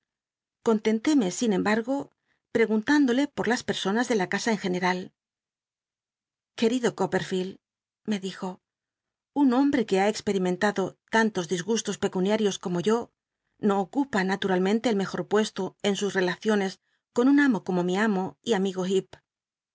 sin embargo prcgunhindole por las personas de la casa en general querido copperfl eld me dij o un hombre que ha experimen tado tantos disgustos pecuniarios como yo no ocupa nalujalmcntc el mejor pueslo en sus relaciones con un amo como mi amo y amigo